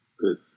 good